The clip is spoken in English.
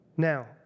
Now